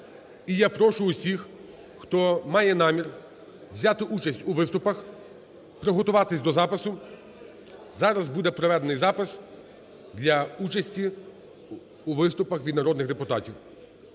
І я прошу всіх, хто має намір взяти участь у виступах, приготуватися до запису. Зараз буде проведений запис для участі у виступах від народних депутатів.